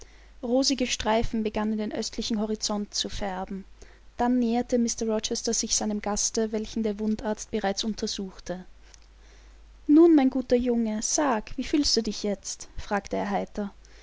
rosige streifen begannen den östlichen horizont zu färben dann näherte mr rochester sich seinem gaste welchen der wundarzt bereits untersuchte nun mein guter junge sag wie fühlst du dich jetzt fragte er heiter